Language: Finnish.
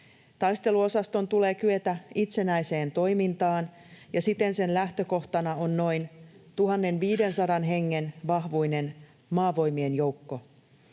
Taisteluosaston tulee kyetä itsenäiseen toimintaan, ja siten sen lähtökohtana on noin 1 500 hengen vahvuinen maavoimien joukko.